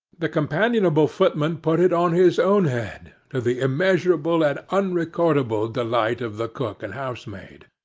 the companionable footman put it on his own head, to the immeasurable and unrecordable delight of the cook and housemaid.